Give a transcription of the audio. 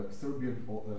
Serbian